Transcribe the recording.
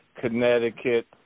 Connecticut